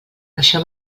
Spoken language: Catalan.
això